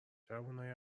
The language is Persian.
جوونای